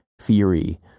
theory